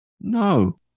No